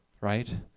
right